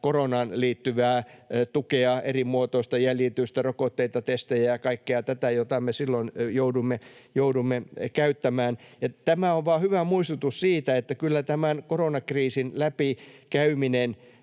koronaan liittyvää tukea, erimuotoista jäljitystä, rokotteita, testejä ja kaikkea tätä, jota me silloin jouduimme käyttämään. Tämä on vain hyvä muistutus siitä, että kyllä tämän koronakriisin läpi käyminen